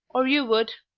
or you would!